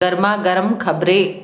गर्मा गर्म खबरें